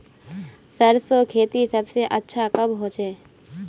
सरसों खेती सबसे अच्छा कब होचे?